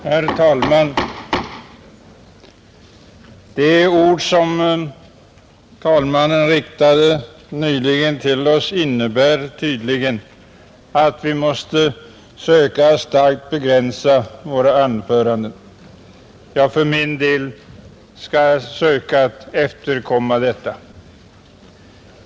Herr talman! De ord som talmannen nyss riktade till oss innebär tydligen att vi måste söka starkt begränsa våra anföranden. Jag för min del skall söka efterkomma detta.